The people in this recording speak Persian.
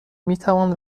میتوان